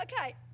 Okay